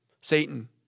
Satan